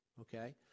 okay